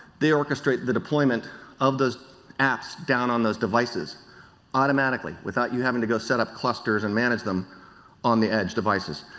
they orchestrate the deployment of those apps down on those devices automatically without you having to go set up clusters and manage them on the edge devices.